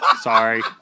Sorry